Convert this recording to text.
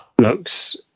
looks